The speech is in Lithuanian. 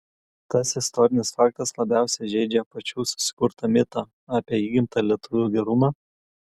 tas istorinis faktas labiausiai žeidžia pačių susikurtą mitą apie įgimtą lietuvių gerumą